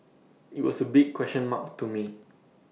IT was A big question mark to me